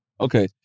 Okay